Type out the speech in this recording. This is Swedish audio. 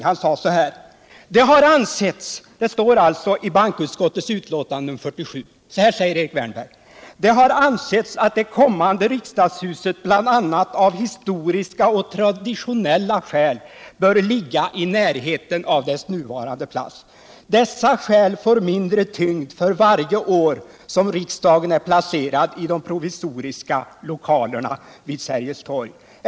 Erik Wärnberg anförde i ett särskilt yttrande till bankoutskottets utlåtande nr 47 år 1968: "Det har ansetts att det kommande Riksdagshuset bl.a. av historiska och traditionella skäl bör ligga i närheten av dess nuvarande plats. Dessa skäl får mindre tyngd för varje år som Riksdagen är placerad i de provisoriska lokalerna vid Sergels torg.